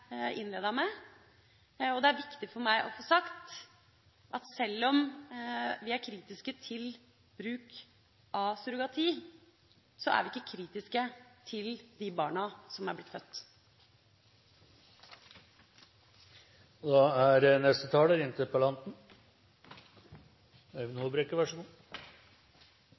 viktig for meg å få sagt at sjøl om vi er kritiske til bruk av surrogati, er vi ikke kritiske til de barna som er blitt født.